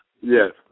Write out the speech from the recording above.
Yes